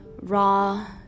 raw